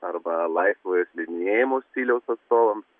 arba laisvojo slidinėjimo stiliaus atstovams